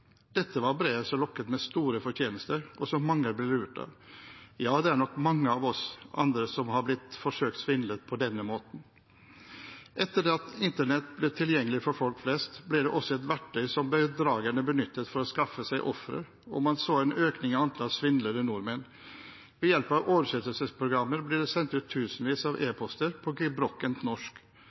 Dette var brev som lokket med store fortjenester, og som mange ble lurt av. Ja, det er nok mange av oss andre som har blitt forsøkt svindlet på denne måten. Etter at internett ble tilgjengelig for folk flest, ble det også et verktøy som bedragerne benyttet for å skaffe seg ofre, og man så en økning i antall svindlede nordmenn. Ved hjelp av oversettelsesprogrammer ble det sendt ut tusenvis av e-poster på gebrokkent norsk. Man ble videre henvist til